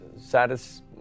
Saddest